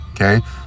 Okay